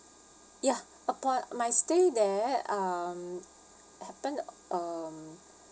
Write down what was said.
ya upon my stay there um happened um